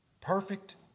Perfect